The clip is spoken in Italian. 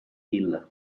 hill